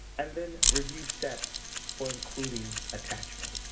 and then review steps for including attachments.